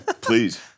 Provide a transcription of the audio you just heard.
Please